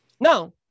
Now